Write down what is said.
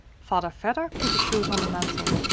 father vedder put the shoes on the mantel.